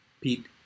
Pete